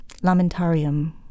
Lamentarium